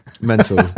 mental